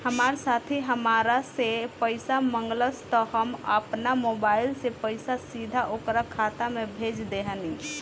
हमार साथी हामरा से पइसा मगलस त हम आपना मोबाइल से पइसा सीधा ओकरा खाता में भेज देहनी